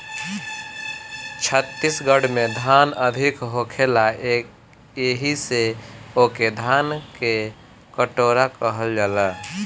छत्तीसगढ़ में धान अधिका होखेला एही से ओके धान के कटोरा कहल जाला